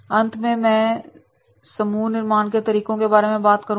अंत में मैं समूह निर्माण के तरीकों के बारे में बात करूंगा